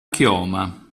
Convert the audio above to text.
chioma